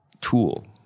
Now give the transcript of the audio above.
tool